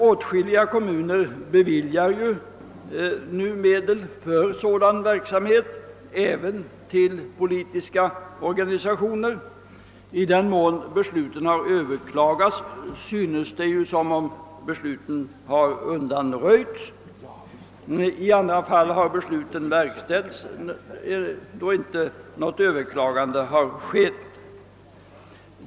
Åtskilliga kommuner beviljar nu medel för sådan verksamhet även till politiska organisationer. I den mån besluten har överklagats synes de ha undanröjts, men i andra fall har de verkställts då inte något överklagande har gjorts.